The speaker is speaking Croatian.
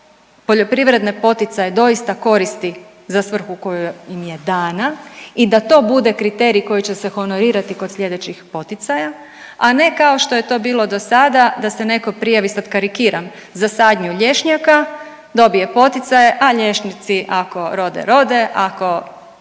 tko poljoprivredne poticaje doista koristi za svrhu koja im je dana i da to bude kriterij koji će se honorirati kod sljedećih poticaja, a ne kao što je to bilo do sada da se netko prijavi, sad karikiram, za sadnju lješnjaka. Dobije poticaje, a lješnjaci ako rode rode, ako